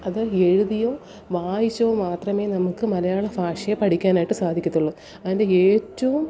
അത് എഴുതിയോ വായിച്ചോ മാത്രമേ നമുക്ക് മലയാള ഭാഷയെ പഠിക്കാനായിട്ടു സാധിക്കത്തുള്ളൂ അതിൻ്റെ ഏറ്റവും